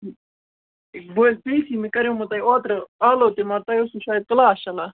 بہٕ حظ بِہتھٕے مےٚ کَریمو تۄہہِ اوترٕ آلَو تہِ مگر تۄہہِ اوسوُ شایِد کلاس چلان